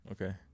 Okay